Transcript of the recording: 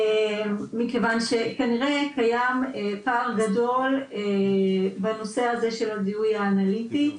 מכיוון שכנראה קיים פער גדול בנושא הזה של הזיהוי האנליטי,